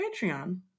Patreon